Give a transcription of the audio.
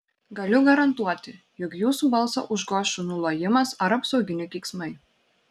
galiu garantuoti jog jūsų balsą užgoš šunų lojimas ar apsauginių keiksmai